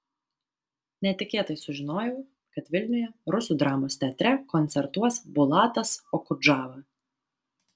netikėtai sužinojau kad vilniuje rusų dramos teatre koncertuos bulatas okudžava